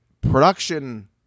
production